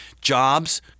jobs